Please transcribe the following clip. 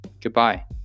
goodbye